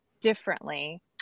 differently